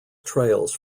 trails